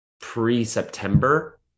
pre-september